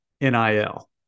NIL